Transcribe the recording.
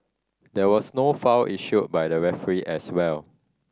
there was no foul issued by the referee as well